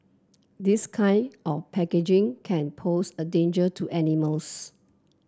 this kind of packaging can pose a danger to animals